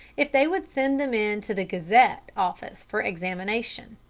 if they would send them in to the gazette office for examination.